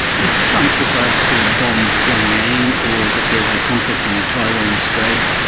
if trump decides to bomb pyongyang or that there's a conflict in the taiwan strait,